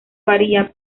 varía